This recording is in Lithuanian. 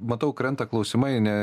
matau krenta klausimai ne